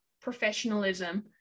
professionalism